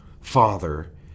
Father